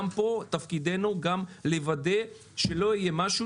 גם פה תפקידנו לוודא שלא יהיה משהו